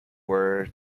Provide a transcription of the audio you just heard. were